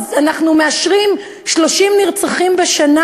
אנחנו מאשרים 30 נרצחים בשנה?